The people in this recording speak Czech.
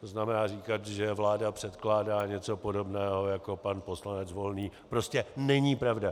To znamená říkat, že vláda předkládá něco podobného jako pan poslanec Volný, prostě není pravda.